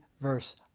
verse